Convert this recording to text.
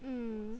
mm